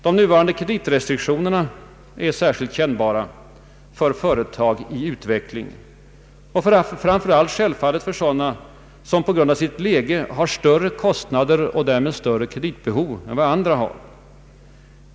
De nuvarande kreditrestriktionerna är särskilt kännbara för företag i utveckling och framför allt för sådana som på grund av sitt läge har större kostnader och därmed större kreditbehov än andra.